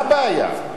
מה הבעיה?